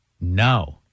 No